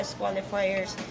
qualifiers